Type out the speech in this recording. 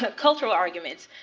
but cultural arguments.